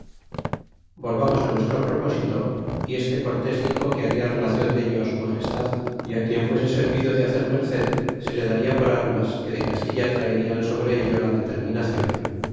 volvamos á nuestro propósito y es que cortés dixo que baria relacion dello á su magestad y quien fuese servido de hacer merced se le darla por armas que de castilla traerian sobre ello la determinacion